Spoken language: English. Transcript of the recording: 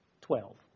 Twelve